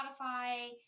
Spotify